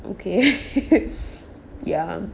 okay ya